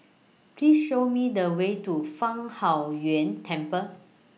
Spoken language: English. Please Show Me The Way to Fang Huo Yuan Temple